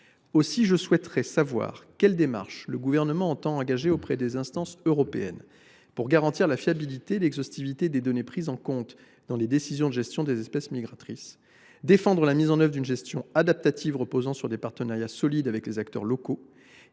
dynamiques migratoires. Quelles démarches le Gouvernement entend il engager auprès des instances européennes pour garantir la fiabilité et l’exhaustivité des données prises en compte dans les décisions de gestion des espèces migratrices ? Vous devez défendre la mise en œuvre d’une gestion adaptative reposant sur des partenariats solides avec les acteurs locaux,